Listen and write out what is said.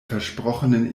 versprochenen